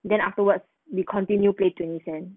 then afterwards we continue play twenty cent